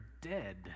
dead